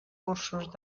cursos